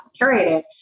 curated